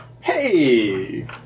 Hey